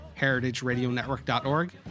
heritageradionetwork.org